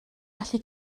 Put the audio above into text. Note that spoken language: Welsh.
gallu